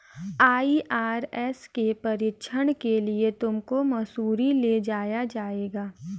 IRS के प्रशिक्षण के लिए तुमको मसूरी ले जाया जाएगा